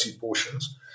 portions